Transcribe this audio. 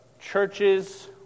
churches